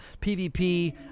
PvP